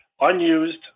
unused